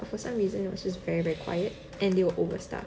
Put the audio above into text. for some reason it was just very very quiet and they were overstaffed